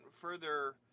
further